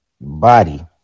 body